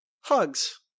HUGS